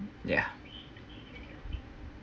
yeah